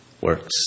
works